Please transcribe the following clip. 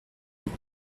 les